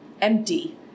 empty